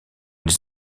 les